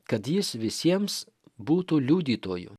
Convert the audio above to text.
kad jis visiems būtų liudytoju